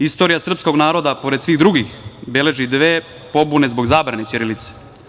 Istorija srpskog naroda, pored svih drugih, beleži dve pobune zbog zabrane ćirilice.